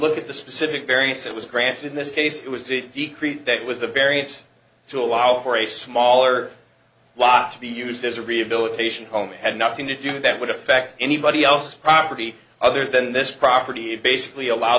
look at the specific variance it was granted in this case it was the decrease that was the variance to allow for a smaller law to be used as a rehabilitation home had nothing to do that would affect anybody else's property other than this property basically allow